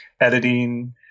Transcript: editing